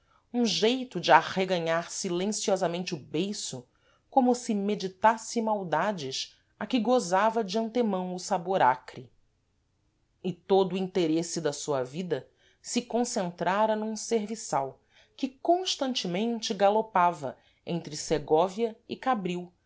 um geito de arreganhar silenciosamente o beiço como se meditasse maldades a que gozava de antemão o sabor acre e todo o interêsse da sua vida se concentrara num serviçal que constantemente galopava entre segóvia e cabril